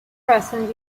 present